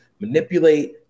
manipulate